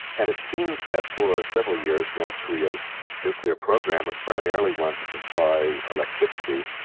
and it seemed that for several years, north korea's nuclear program was primarily one to to supply electricity,